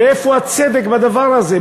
איפה הצדק בדבר הזה?